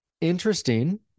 interesting